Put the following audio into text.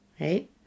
Right